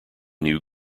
new